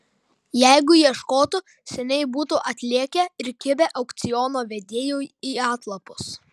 jeigu ieškotų seniai būtų atlėkę ir kibę aukciono vedėjui į atlapus